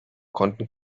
konnten